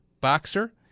Boxer